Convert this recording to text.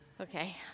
Okay